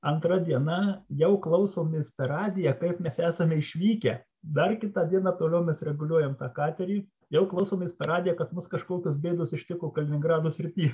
antra diena jau klausomės per radiją kaip mes esame išvykę dar kitą dieną toliau mes reguliuojam tą katerį jau klausomės per radiją kad mus kažkokios bėdos ištiko kaliningrado srity